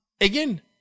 again